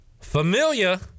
Familia